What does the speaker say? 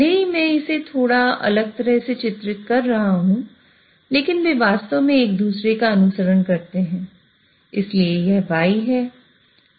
भले ही मैं इसे थोड़ा अलग तरह से चित्रित कर रहा हूं लेकिन वे वास्तव में एक दूसरे का अनुसरण करते हैं इसलिए यह y है